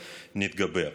נתגבר.